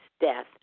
death